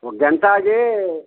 ఒక గంటాగి